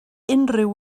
unrhyw